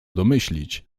domyślić